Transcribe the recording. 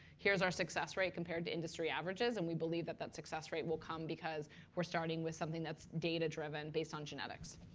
here's our success rate compared to industry averages. and we believe that success rate will come because we're starting with something that's data driven, based on genetics.